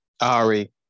Ari